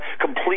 complete